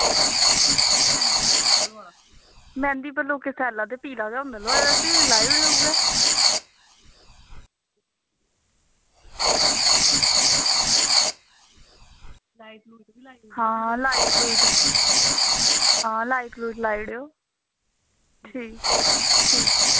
मैंह्दी कल्लर सैल्ला ते पीला गै होंदा ते लाई ओड़ेओ उ'ऐ हां लाइट लुइट हां लाइट लुइट लाई ओड़ेओ ठीक ठीक